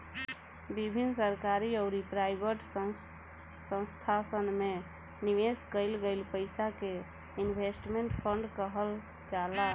विभिन्न सरकारी अउरी प्राइवेट संस्थासन में निवेश कईल गईल पईसा के इन्वेस्टमेंट फंड कहल जाला